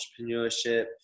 entrepreneurship